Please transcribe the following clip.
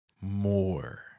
more